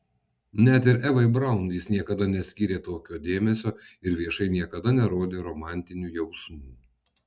net ir evai braun jis niekada neskyrė tokio dėmesio ir viešai niekada nerodė romantinių jausmų